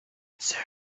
answer